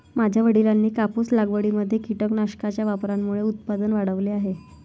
माझ्या वडिलांनी कापूस लागवडीमध्ये कीटकनाशकांच्या वापरामुळे उत्पादन वाढवले आहे